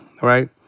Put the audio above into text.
right